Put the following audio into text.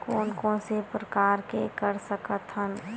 कोन कोन से प्रकार ले कर सकत हन?